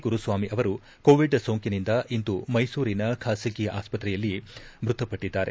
ಗುರುಸ್ನಾಮಿ ಅವರು ಕೋವಿಡ್ ಸೋಂಕಿನಿಂದ ಇಂದು ಮೈಸೂರಿನ ಖಾಸಗಿ ಆಸ್ಪತ್ರೆಯಲ್ಲಿ ಮೃತಪಟ್ಟಿದ್ದಾರೆ